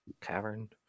cavern